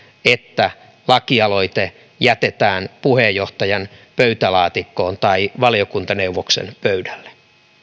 että lakialoite jätetään puheenjohtajan pöytälaatikkoon tai valiokuntaneuvoksen pöydälle